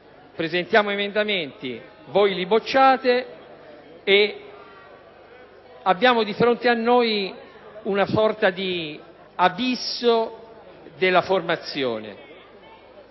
presentiamo emendamenti, ma voi li bocciate e abbiamo di fronte a noi una sorta di abisso della formazione.